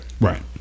Right